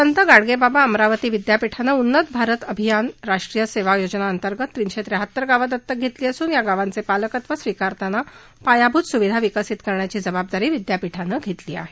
संत गाडगेबाबा अमरावती विद्यापीठानं उन्नत भारत अभियान राष्ट्रीय सेवा योजना अंतर्गत तीनशे त्र्याहत्तर गावं दत्तक घेतली असून या गावांचे पालकत्व स्वीकारतांना पायाभूत सुविधा विकसित करण्याची जबाबदारी विद्यापीठानं घेतली आहे